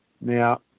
Now